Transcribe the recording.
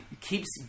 keeps